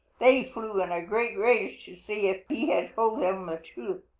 they flew in a great rage to see if he had told them the truth.